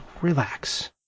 relax